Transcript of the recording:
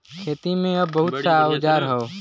खेती में अब बहुत सा औजार हौ